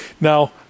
Now